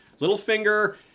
Littlefinger